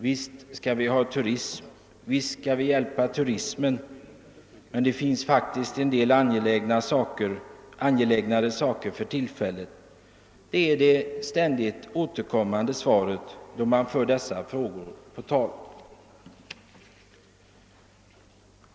»Visst skall vi ha turism, visst skall vi hjälpa turismen, men det finns faktiskt en del angelägnare saker för tillfället» — det är det ständigt återkommande svaret då man för dessa frågor på tal.